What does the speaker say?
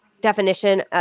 definition